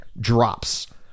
drops